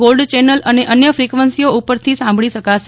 gold channel અને અન્ય ફિકવન્સીઓ પરથી સાંભળી શકાશે